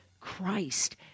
Christ